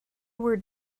were